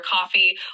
coffee